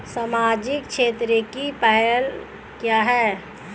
सामाजिक क्षेत्र की पहल क्या हैं?